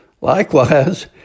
Likewise